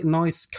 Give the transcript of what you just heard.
nice